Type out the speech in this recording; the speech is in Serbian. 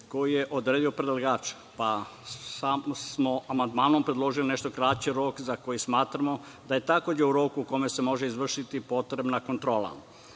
koji je odredio predlagač, pa smo amandmanom predložili nešto kraći rok za koji smatramo da je takođe u roku u kome se može izvršiti potrebna kontrola. Znači,